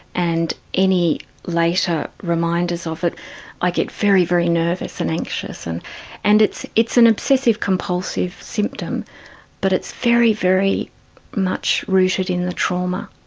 and any later reminders of it i get very, very nervous and anxious. and and it's it's an obsessive compulsive symptom but it's very, very much rooted in the trauma.